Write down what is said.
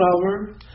flower